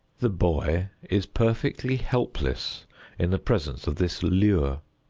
the boy is perfectly helpless in the presence of this lure.